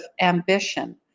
ambition